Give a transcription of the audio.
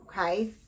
okay